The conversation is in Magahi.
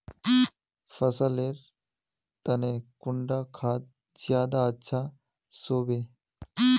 फसल लेर तने कुंडा खाद ज्यादा अच्छा सोबे?